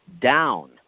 down